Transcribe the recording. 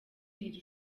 iri